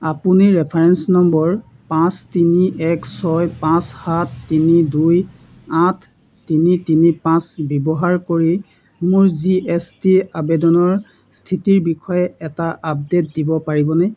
আপুনি reference number পাঁচ তিনি এক ছয় পাঁচ সাত তিনি দুই আঠ তিনি তিনি পাঁচ ব্যৱহাৰ কৰি মোৰ জি এছ টি আবেদনৰ স্থিতিৰ বিষয়ে এটা আপডেট দিব পাৰিবনে